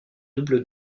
double